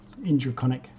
Indraconic